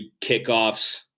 kickoffs